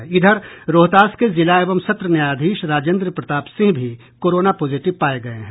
रोहतास के जिला एवं सत्र न्यायाधीश राजेन्द्र प्रताप सिंह भी कोरोना पॉजिटिव पाये गये हैं